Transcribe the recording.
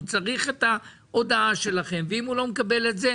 הוא צריך את ההודעה שלכם ואם הוא לא מקבל את זה,